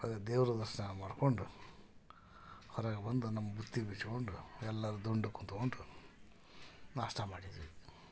ಅದೇ ದೇವರ ದರ್ಶನ ಮಾಡಿಕೊಂಡು ಹೊರಗೆ ಬಂದು ನಮ್ಮ ಬುತ್ತಿ ಬಿಚ್ಕೊಂಡು ಎಲ್ಲರೂ ದುಂಡಗೆ ಕೂತ್ಕೊಂಡು ನಾಷ್ಟ ಮಾಡಿದ್ವಿ